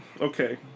okay